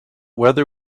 whether